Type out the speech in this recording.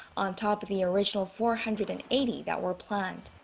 on top of the original four hundred and eighty that were planned.